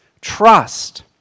trust